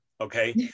okay